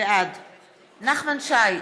בעד נחמן שי,